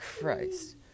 Christ